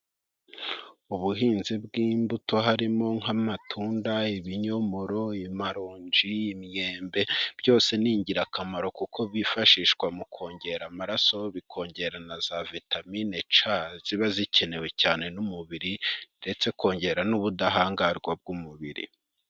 Ubuhinzi bw'imbuto harimo: nk'amatunda, ibinyomoro, amaronji, imyembe byose ni ingirakamaro, kuko byifashishwa mu kongera amaraso, bikongera na za vitamine ca ziba zikenewe cyane n'umubiri, ndetse kongera n'ubudahangarwa bw'umubiri.